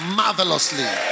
marvelously